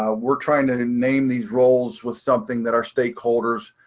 ah we're trying to name these roles with something that our stakeholders.